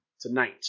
tonight